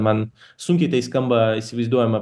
man sunkiai tai skamba įsivaizduojama